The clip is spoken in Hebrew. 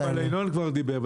אבל ינון כבר דיבר,